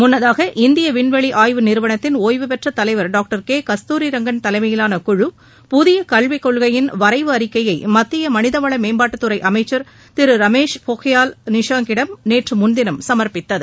முன்னதாக இந்திய விண்வெளி ஆய்வு நிறுவனத்தின் ஒய்வு பெற்ற தலைவர் டாக்டர் கே கஸ்தூரி ரங்கன் தலைமையிலான குழு புதிய கல்விக்கொள்கையின் வளரவு அறிக்கையை மத்திய மனித வள மேம்பாட்டுத்துறை அமைச்சர் திரு ரமேஷ் பொக்ரியால் நிஷாங்க் கிடம் நேற்று முன்தினம் சமர்ப்பித்தது